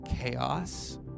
chaos